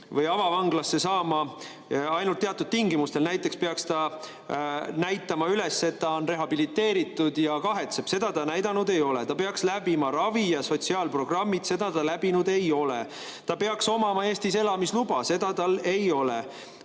või avavanglasse saama ainult teatud tingimustel. Näiteks peaks inimene näitama, et ta on rehabiliteeritud ja kahetseb. Seda ta näidanud ei ole. Ta peaks läbima ravi‑ ja sotsiaalprogrammid, neid ta läbinud ei ole. Ta peaks omama Eestis elamisluba, seda tal ei ole.